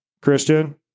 Christian